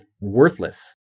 worthless